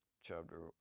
chapter